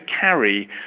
carry